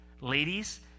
Ladies